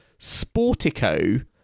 sportico